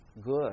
good